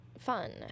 fun